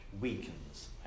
weakens